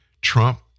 Trump